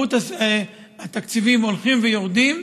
התקציבים הולכים ויורדים,